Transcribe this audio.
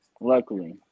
luckily